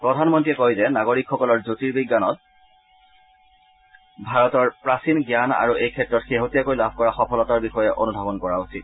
প্ৰধানমন্ত্ৰীয়ে কয় যে নাগৰিকসকলৰ জ্যোতিৰ্বিজ্ঞানত ভাৰতৰ প্ৰাচীন জ্ঞান আৰু এই ক্ষেত্ৰত শেহতীয়াকৈ লাভ কৰা সফলতাৰ বিষয়ে অনুধাৱন কৰা উচিত